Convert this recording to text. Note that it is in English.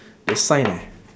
the sign ah